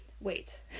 Wait